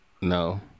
No